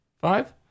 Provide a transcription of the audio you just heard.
Five